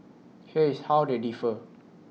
here is how they differ